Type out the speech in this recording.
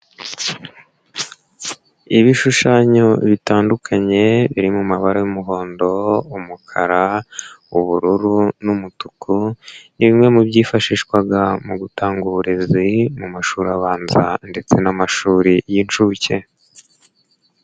Ibishushanyo bitandukanye, biri mu mabara y'umuhondo, umukara, ubururu n'umutuku, ni bimwe mu byifashishwaga mu gutanga uburezi, mu mashuri abanza ndetse n'amashuri y'inshuke.